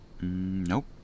Nope